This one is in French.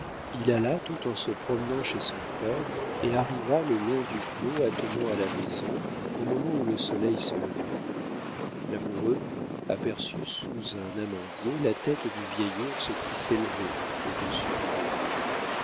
il alla tout en se promenant chez son père et arriva le long du clos attenant à la maison au moment où le soleil se levait l'amoureux aperçut sous un amandier la tête du vieil ours qui s'élevait au-dessus d'une haie